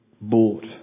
bought